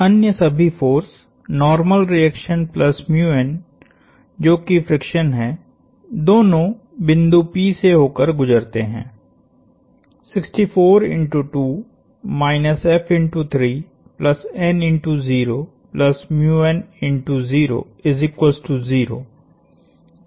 अन्य सभी force normal reaction प्लसजो कि फ्रिक्शन है दोनों बिंदु P से होकर गुजरते है